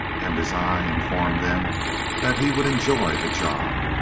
and his eye informed them that he would enjoy the job.